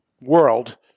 World